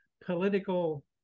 political